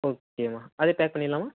ஒகேம்மா அதே பேக் பண்ணிடலாமா